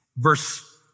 Verse